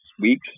weeks